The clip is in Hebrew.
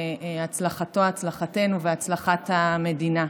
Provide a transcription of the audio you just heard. והצלחתו הצלחתנו והצלחת המדינה.